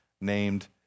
named